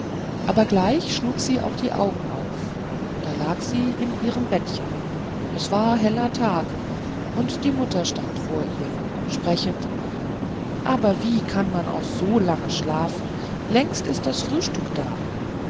aber gleich schlug sie auch die augen auf da lag sie in ihrem bettchen es war heller tag und die mutter stand vor ihr sprechend aber wie kann man auch so lange schlafen längst ist das frühstück da